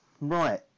right